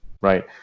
right